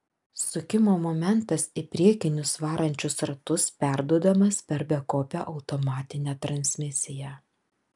sukimo momentas į priekinius varančiuosius ratus perduodamas per bepakopę automatinę transmisiją